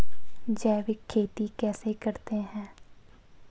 जैविक खेती कैसे करते हैं?